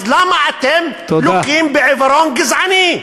אז למה אתם לוקים בעיוורון גזעני?